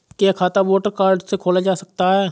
क्या खाता voter card से खोला जा सकता है?